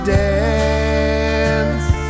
dance